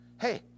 Hey